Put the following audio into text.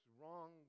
wrong